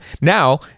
Now